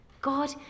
God